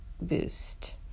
boost